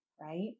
right